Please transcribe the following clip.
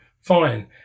fine